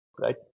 right